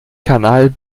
kanal